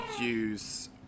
use